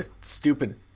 stupid